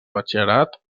batxillerat